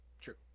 True